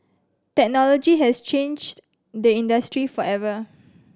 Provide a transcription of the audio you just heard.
technology has changed the industry forever